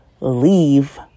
leave